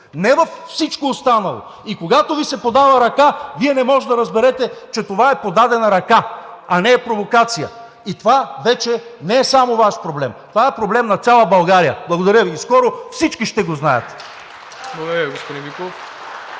не във всичко останало. И когато Ви се подава ръка, Вие не можете да разберете, че това е подадена ръка, а не е провокация и това вече не е само Ваш проблем, това е проблем на цяла България. Благодаря Ви. И скоро всички ще го знаят.